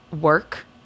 work